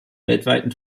weltweiten